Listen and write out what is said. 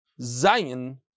Zion